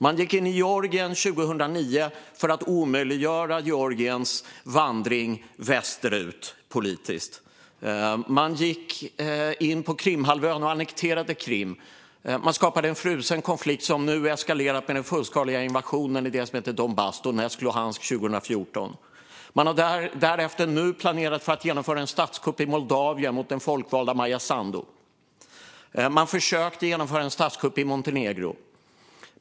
Man gick in i Georgien 2009 för att omöjliggöra Georgiens vandring västerut politiskt. Man gick in på Krimhalvön och annekterade Krim. Man skapade en frusen konflikt som nu eskalerat med den fullskaliga invasionen i det som heter Donbass - Donetsk och Luhansk - 2014. Man har därefter planerat för att genomföra en statskupp i Moldavien mot den folkvalda Maia Sandu. Man försökte genomföra en statskupp i Montenegro.